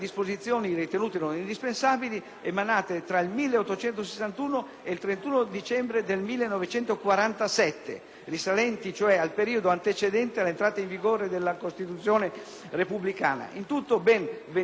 il 31 dicembre 1947, risalenti cioè al periodo antecedente all'entrata in vigore della Costituzione repubblicana, in tutto ben 28.889 atti normativi di rango primario.